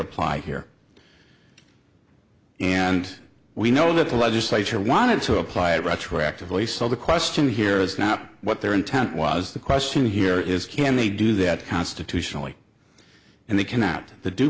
apply here and we know that the legislature wanted to apply it retroactively so the question here is not what their intent was the question here is can they do that constitutionally and they cannot